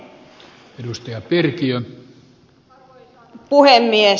arvoisa puhemies